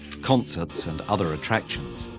concerts, and other attractions.